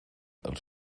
els